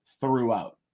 throughout